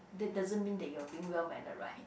that doesn't mean that you're being well mannered right